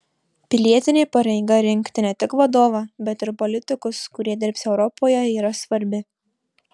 pilietinė pareiga rinkti ne tik vadovą bet ir politikus kurie dirbs europoje yra svarbi